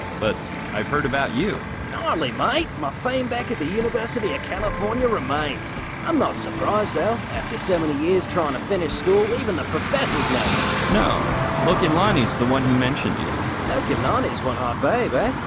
but i've heard about you not only might my fame back at the university of california remains i'm not surprised though after so many years trying to finish school even the professor's never know look in lonnie it's the one who mentioned. you know kalani's one hot baby.